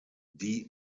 die